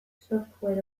software